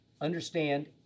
Understand